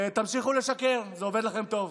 ותמשיכו לשקר, זה עובד לכם טוב.